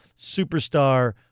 superstar